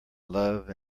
love